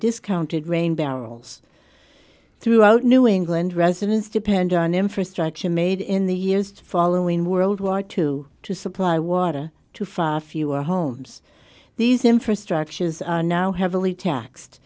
discounted rain barrels throughout new england residents depend on infrastructure made in the years following world war two to supply water to far fewer homes these infrastructures are now heavily taxed